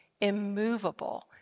immovable